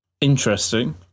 Interesting